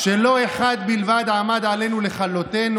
"שלא אחד בלבד עמד עלינו לכלותנו,